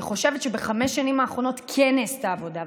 אני חושבת שבחמש השנים האחרונות כן נעשתה עבודה,